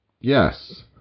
Yes